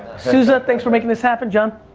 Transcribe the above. sueza, thanks for making this happen. john.